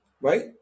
Right